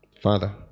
Father